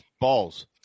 balls